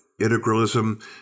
integralism